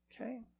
okay